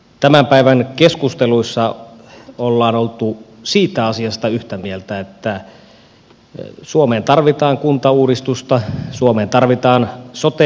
tämän päivän keskusteluissa ollaan oltu siitä asiasta yhtä mieltä että suomeen tarvitaan kuntauudistusta suomeen tarvitaan sote uudistusta